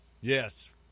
Yes